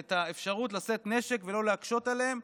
את האפשרות לשאת נשק ולא להקשות עליהם,